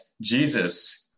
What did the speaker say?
Jesus